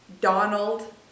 Donald